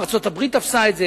ארצות-הברית תפסה את זה,